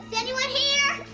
anyone here?